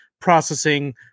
processing